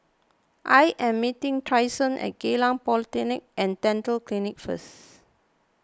I am meeting Tristan at Geylang Polyclinic and Dental Clinic first